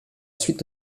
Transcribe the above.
suite